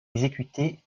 exécuté